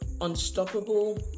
unstoppable